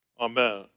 Amen